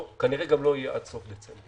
כנראה גם לא יהיה עד סוף דצמבר.